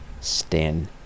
Stan